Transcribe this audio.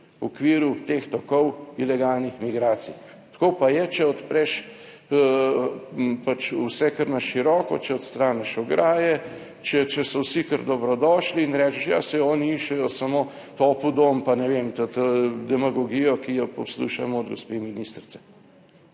v okviru teh tokov ilegalnih migracij. Tako pa je, če odpreš pač vse kar na široko, če odstraniš ograje, če so vsi, kar dobrodošli in rečeš, ja, saj oni iščejo samo topel dom, pa ne vem, demagogijo, ki jo poslušamo od gospe ministrice.